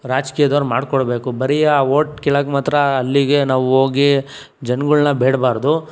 ರಾಜಕೀಯದವರು ಮಾಡಿಕೊಡಬೇಕು ಬರೀ ಆ ಓಟ್ ಕೇಳೋಕ್ಕೆ ಮಾತ್ರ ಅಲ್ಲಿಗೆ ನಾವು ಹೋಗಿ ಜನಗಳನ್ನು ಬೇಡಬಾರದು